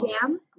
jam